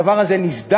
הדבר הזה נסדק,